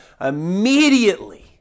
immediately